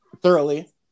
thoroughly